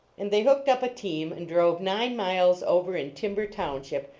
and they hooked up a team and drove nine miles over in timber township,